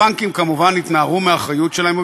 הבנקים כמובן התנערו מהאחריות שלהם,